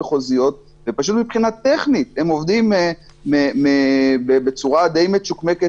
ומבחינה טכנית הם עובדים בצורה די מצ'וקמקת